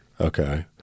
Okay